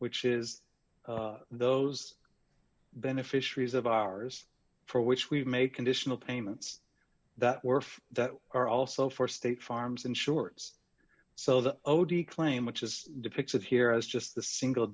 which is those beneficiaries of ours for which we make conditional payments that were that are also for state farms and shorts so the odi claim which is depicted here is just the single